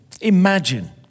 Imagine